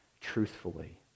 truthfully